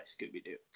Scooby-Doo